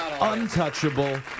Untouchable